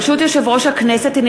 ברשות יושב-ראש הכנסת,